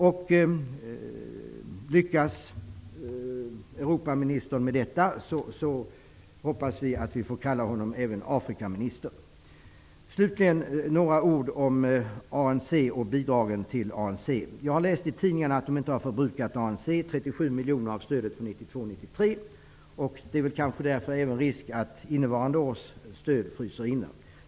Om Europaministern lyckas med detta hoppas vi att vi även får kalla honom Afrikaminister. Låt mig slutligen säga några ord om ANC och bidragen dit. Jag har läst i tidningarna att ANC inte har förbrukat 37 miljoner av stödet för 1992/93. Därför finns det kanske risk att även innevarande års stöd fryser inne.